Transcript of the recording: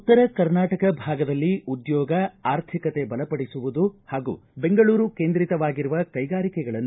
ಉತ್ತರ ಕರ್ನಾಟಕ ಭಾಗದಲ್ಲಿ ಉದ್ಕೋಗ ಆರ್ಥಿಕತೆ ಬಲಪಡಿಸುವುದು ಹಾಗೂ ಬೆಂಗಳೂರು ಕೇಂದ್ರಿತವಾಗಿರುವ ಕೈಗಾರಿಕೆಗಳನ್ನು